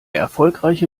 erfolgreiche